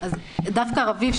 דווקא רביב,